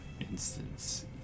instance